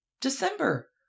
December